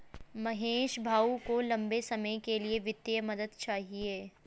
महेश भाऊ को लंबे समय के लिए वित्तीय मदद चाहिए